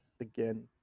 again